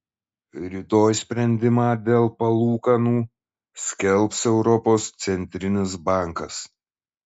rytoj sprendimą dėl palūkanų skelbs europos centrinis bankas